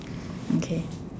okay